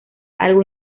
algo